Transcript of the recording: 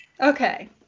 Okay